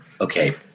okay